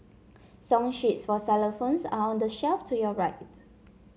song sheets for xylophones are on the shelf to your right